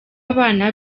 abana